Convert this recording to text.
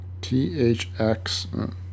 THX